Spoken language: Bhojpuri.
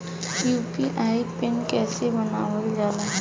यू.पी.आई पिन कइसे बनावल जाला?